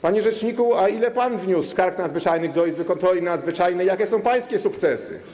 Panie rzeczniku, ale ile pan wniósł skarg nadzwyczajnych do izby kontroli nadzwyczajnej, jakie są pańskie sukcesy?